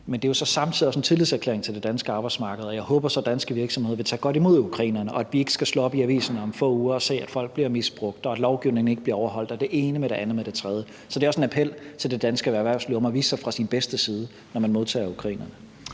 Men det er jo samtidig også en tillidserklæring til det danske arbejdsmarked, og jeg håber så, at danske virksomheder vil tage godt imod ukrainerne, og at vi ikke skal slå op i avisen om få uger og se, at folk bliver misbrugt, og at lovgivningen ikke bliver overholdt og det ene med det andet med det tredje. Så det er også en appel til det danske erhvervsliv om at vise sig fra sin bedste side, når man modtager ukrainerne.